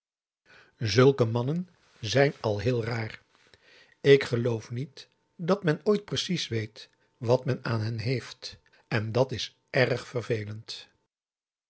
zulke mannen zijn al heel raar ik geloof niet dat men ooit precies weet wat men aan hen heeft en dat is erg vervelend